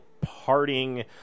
parting